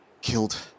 Killed